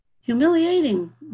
humiliating